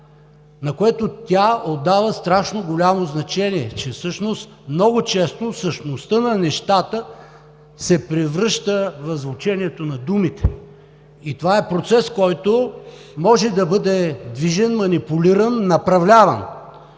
на което тя отдала страшно голямо значение, че много често същността на нещата се превръща в звученето на думите и това е процес, който може да бъде движен, манипулиран, направляван.